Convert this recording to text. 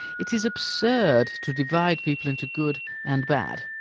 it is absurd to divide people into good and bad.